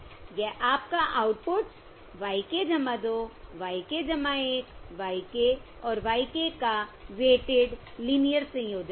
यह आपका outputs y k 2 y k 1 y k और y k का वेटिड लीनियर संयोजन है